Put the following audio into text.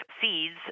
seeds